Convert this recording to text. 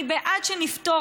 אני בעד שנפתור.